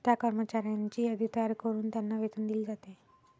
त्या कर्मचाऱ्यांची यादी तयार करून त्यांना वेतन दिले जाते